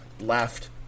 left